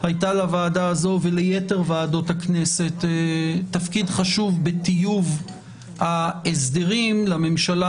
הייתה לוועדה הזאת וליתר ועדות הכנסת תפקיד חשוב בטיוב ההסדרים לממשלה.